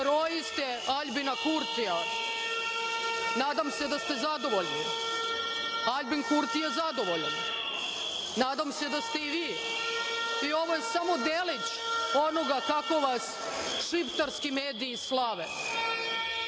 heroji ste Aljbina Kurtija. Nadam se da ste zadovoljni, Aljbin Kurti je zadovoljan, a nadam se da ste i vi. Ovo je samo delić onoga kako vas šiptarski mediji slave.